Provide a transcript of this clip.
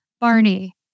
Barney